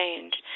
change